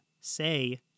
say